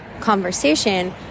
conversation